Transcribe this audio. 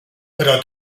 però